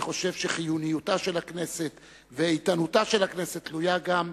אני חושב שחיוניותה של הכנסת ואיתנותה של הכנסת תלויות גם